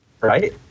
right